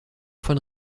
von